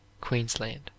queensland